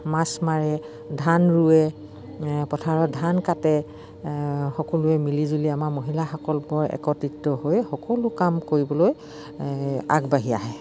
মাছ মাৰে ধান ৰুৱে পথাৰত ধান কাটে সকলোৱে মিলি জুলি আমাৰ মহিলাসকলবৰ একত্ৰিত হৈ সকলো কাম কৰিবলৈ আগবাঢ়ি আহে